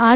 R